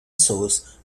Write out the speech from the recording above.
source